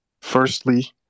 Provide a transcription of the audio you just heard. firstly